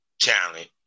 talent